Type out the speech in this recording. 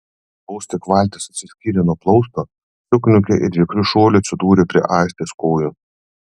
vos tik valtis atsiskyrė nuo plausto sukniaukė ir vikriu šuoliu atsidūrė prie aistės kojų